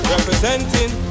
Representing